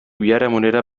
biharamunera